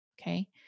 Okay